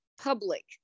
public